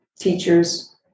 teachers